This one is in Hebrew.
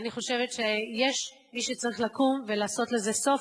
אני חושבת שיש מי שצריך לקום ולעשות לזה סוף,